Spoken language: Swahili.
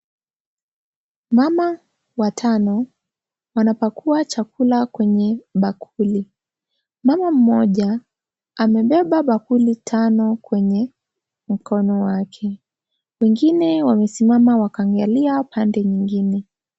Mama watano wanapakua chakula kwenye bakuli. Mama mmoja amebeba bakuli tano kwenye mkono wake. Wengine wamesimama wakiangalia pande nyingine.